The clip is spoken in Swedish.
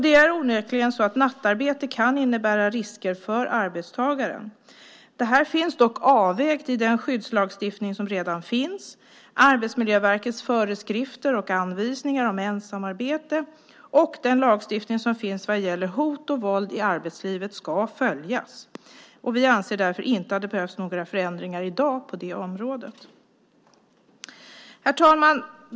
Det är onekligen så att nattarbete kan innebära risker för arbetstagaren. Det här är dock avvägt i den skyddslagstiftning som redan finns. Arbetsmiljöverkets föreskrifter och anvisningar om ensamarbete och den lagstiftning som finns vad gäller hot och våld i arbetslivet ska följas. Vi anser därför inte att det behövs några förändringar i dag på det området. Herr talman!